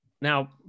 Now